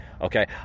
Okay